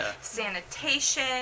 sanitation